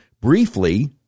briefly